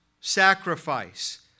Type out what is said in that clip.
sacrifice